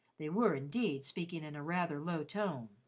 they were, indeed, speaking in a rather low tone.